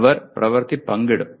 അവർ പ്രവർത്തി പങ്കിടും